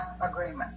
agreement